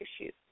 issues